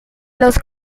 los